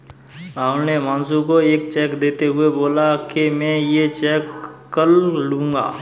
राहुल ने हुमांशु को एक चेक देते हुए बोला कि मैं ये चेक कल लूँगा